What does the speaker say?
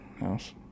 house